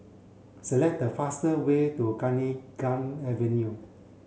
select the fastest way to Avenue